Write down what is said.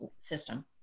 system